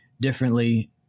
differently